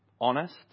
honest